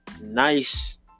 nice